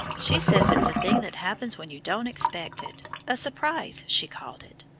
she says it's a thing that happens when you don't expect it a surprise, she called it.